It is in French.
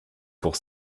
pour